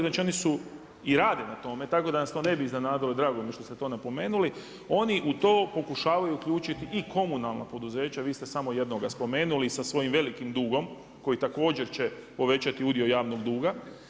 Znači oni i rade na tome tako da nas to ne bi iznenadilo i drago mi je što ste to napomenuli, oni u to pokušavaju uključiti i komunalna poduzeća, vi ste samo jednoga spomenuli i sa svojim velikim dugom koji također će povećati udio javnog duga.